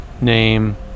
name